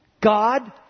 God